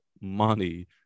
money